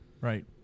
right